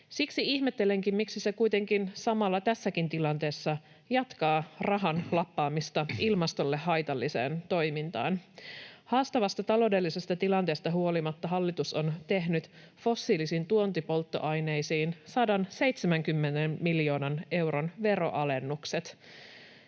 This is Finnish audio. Siksi ihmettelenkin, miksi se kuitenkin samalla tässäkin tilanteessa jatkaa rahan lappamista ilmastolle haitalliseen toimintaan. Haastavasta taloudellisesta tilanteesta huolimatta hallitus on tehnyt fossiilisiin tuontipolttoaineisiin 170 miljoonan euron veronalennukset.